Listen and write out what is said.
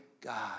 God